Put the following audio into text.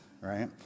Right